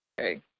Okay